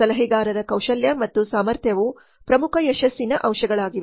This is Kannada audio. ಸಲಹೆಗಾರರ ಕೌಶಲ್ಯ ಮತ್ತು ಸಾಮರ್ಥ್ಯವು ಪ್ರಮುಖ ಯಶಸ್ಸಿನ ಅಂಶಗಳಾಗಿವೆ